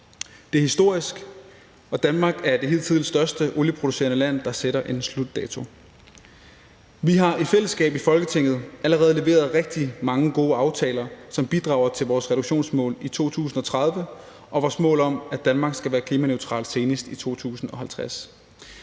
Det er historisk, og Danmark er det hidtil største olieproducerende land, der sætter en slutdato. Vi har i fællesskab i Folketinget allerede leveret rigtig mange gode aftaler, som bidrager til vores reduktionsmål i 2030 og vores mål om, at Danmark skal være klimaneutralt senest i 2050.